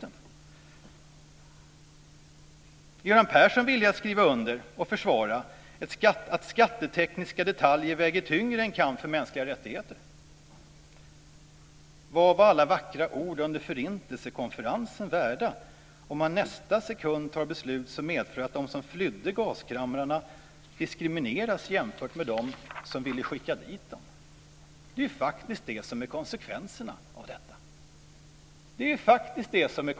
Är Göran Persson villig att skriva under och försvara att skattetekniska detaljer väger tyngre än kampen för mänskliga rättigheter? Vad var alla vackra ord under Förintelsekonferensen värda om man i nästa sekund fattar beslut som medför att de som flydde gaskamrarna diskrimineras jämfört med dem som ville skicka dit dem? Det är faktiskt konsekvensen av detta.